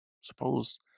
suppose